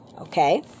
Okay